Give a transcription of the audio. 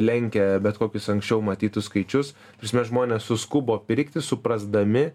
lenkia bet kokius anksčiau matytus skaičius prasme žmonės suskubo pirkti suprasdami